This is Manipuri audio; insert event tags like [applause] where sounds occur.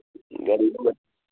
[unintelligible]